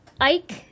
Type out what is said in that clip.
Ike